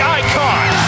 icon